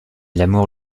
l’amour